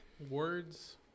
Words